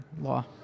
law